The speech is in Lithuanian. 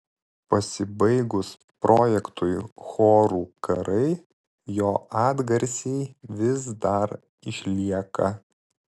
pasibaigus projektui chorų karai jo atgarsiai vis dar išlieka